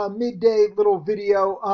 ah midday little video,